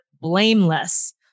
blameless